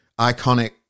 iconic